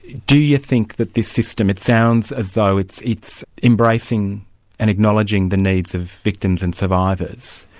do you think that this system, it sounds as though it's it's embracing and acknowledging the needs of victims and survivors,